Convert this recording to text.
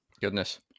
Goodness